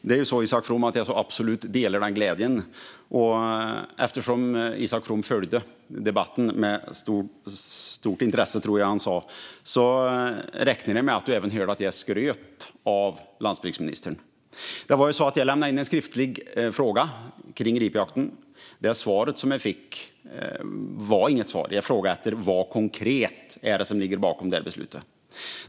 Fru talman! Jag delar absolut glädjen, Isak From. Eftersom Isak From följde debatten - jag tror att han sa att det var med stort intresse - räknar jag med att han även hörde att jag skröt inför landsbygdsministern. Jag hade nämligen lämnat in en skriftlig fråga om ripjakten. Det svar jag fick var inget svar. Jag hade frågat efter vad som konkret låg bakom beslutet.